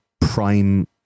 prime